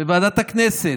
בוועדת הכנסת,